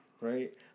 right